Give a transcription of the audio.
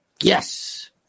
yes